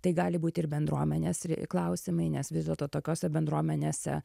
tai gali būti ir bendruomenės klausimai nes vis dėlto tokiose bendruomenėse